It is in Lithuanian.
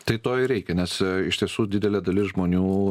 tai to ir reikia nes iš tiesų didelė dalis žmonių